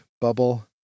bubble